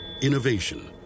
Innovation